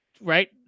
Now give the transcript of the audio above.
right